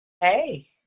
Hey